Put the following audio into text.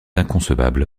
inconcevable